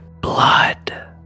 blood